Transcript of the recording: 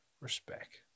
Respect